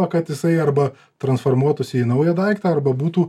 o kad jisai arba transformuotųsi į naują daiktą arba būtų